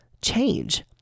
change